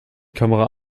kamera